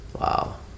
wow